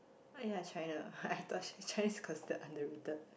what you are trying to I thought Chi~ Chinese cause they underrated